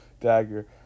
dagger